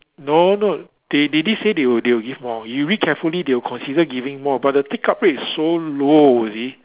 no no they did say they will they will give more you read carefully they will consider giving more but the take up rate is so low you see